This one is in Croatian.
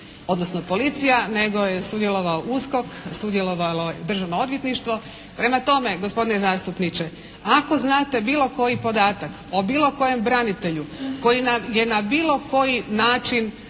odnosno policija, nego je sudjelovao USKOK, sudjelovalo je Državno odvjetništvo. Prema tome, gospodine zastupniče, ako znate bilo koji podatak, o bilo kojem branitelju koji je na bilo koji način